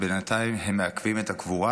בינתיים הם מעכבים את הקבורה.